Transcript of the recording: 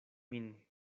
min